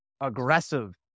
aggressive